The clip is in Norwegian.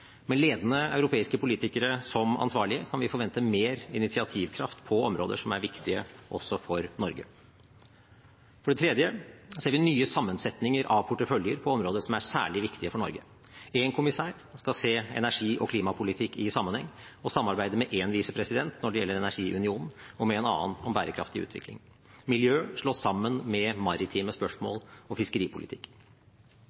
Med ledende europeiske politikere som ansvarlige kan vi forvente mer initiativkraft på områder som er viktige også for Norge. For det tredje ser vi nye sammensetninger av porteføljer på områder som er særlig viktige for Norge. En kommissær skal se energi- og klimapolitikk i sammenheng og samarbeide med én visepresident når det gjelder energiunionen, og med en annen om bærekraftig utvikling. Miljø slås sammen med maritime